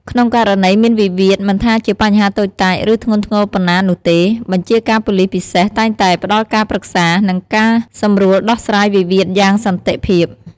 ក្នុងករណីមាន វិវាទ មិនថាជាបញ្ហាតូចតាច ឬធ្ងន់ធ្ងរប៉ុណ្ណានោះទេ បញ្ជាការប៉ូលិសពិសេសតែងតែ ផ្តល់ការប្រឹក្សា និងការសម្រួលដោះស្រាយវិវាទយ៉ាងសន្តិភាព។